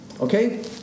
Okay